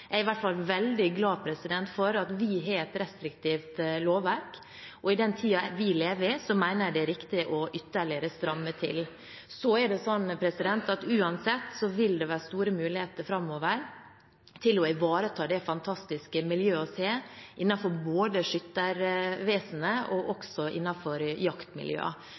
Jeg er i hvert fall veldig glad for at vi har et restriktivt lovverk. I den tiden vi lever i, mener jeg det er riktig å stramme til ytterligere. Så er det sånn at det uansett vil være store muligheter framover til å ivareta det fantastiske miljøet vi har innenfor både skyttervesenet og